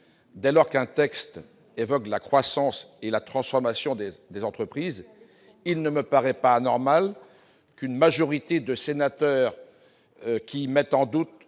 Dès lors qu'un texte évoque la croissance et la transformation des entreprises, il ne me paraît pas anormal qu'une majorité de sénateurs qui mettent en doute